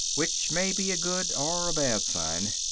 which may be a good or a bad sign.